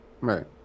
Right